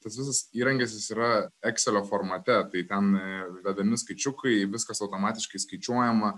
tas visas įrankis jis yra ekselio formate tai ten vedami skaičiukai viskas automatiškai skaičiuojama